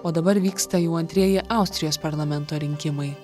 o dabar vyksta jau antrieji austrijos parlamento rinkimai